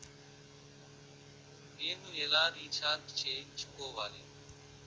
నేను ఎలా రీఛార్జ్ చేయించుకోవాలి?